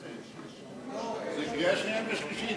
זה קריאה שנייה ושלישית,